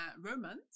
romance